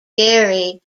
gary